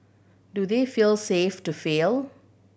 do they feel safe to fail